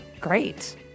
Great